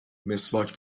مسواک